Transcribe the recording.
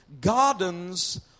gardens